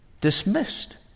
dismissed